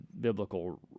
biblical